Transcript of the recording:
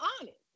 honest